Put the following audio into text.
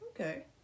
okay